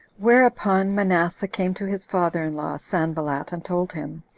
whereupon manasseh came to his father-in-law, sanballat, and told him,